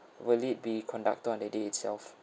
will it be conducted on the day itself